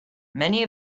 many